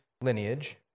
lineage